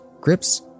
grips